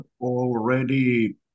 already